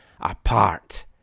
apart